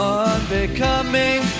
unbecoming